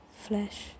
flesh